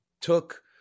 took